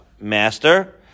master